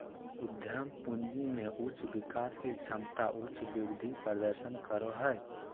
उद्यम पूंजी में उच्च विकास के क्षमता उच्च वृद्धि प्रदर्शन करो हइ